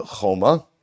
Choma